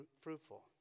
fruitful